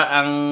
ang